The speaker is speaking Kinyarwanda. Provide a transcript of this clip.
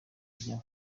rye